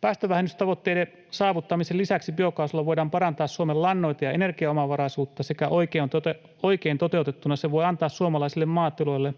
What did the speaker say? Päästövähennystavoitteiden saavuttamisen lisäksi biokaasulla voidaan parantaa Suomen lannoite- ja energiaomavaraisuutta, sekä oikein toteutettuna se voi antaa suomalaisille maatiloille